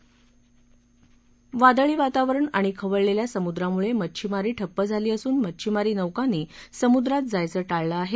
समुद्रातल्या वादळी वातावरण आणि खवळलेल्या समुद्रामुळे मच्छीमारी ठप्प झाली असून मच्छीमारी नौकांनी समुद्रात जायचं टाळलं आहे